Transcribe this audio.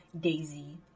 Daisy